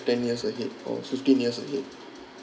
ten years ahead or fifteen years ahead